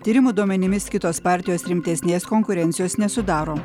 tyrimų duomenimis kitos partijos rimtesnės konkurencijos nesudaro